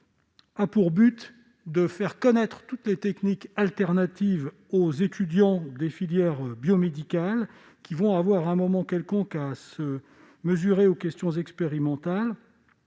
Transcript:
a pour objet de faire connaître toutes les techniques de substitution aux étudiants des filières biomédicales, qui auront, à un moment quelconque, à se mesurer aux questions expérimentales,